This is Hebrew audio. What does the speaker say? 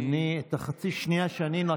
את חצי השנייה שאני לקחתי אני אתן לך.